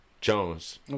jones